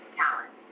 talent